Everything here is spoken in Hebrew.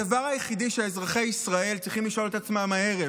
הדבר היחידי שאזרחי ישראל צריכים לשאול את עצמם הערב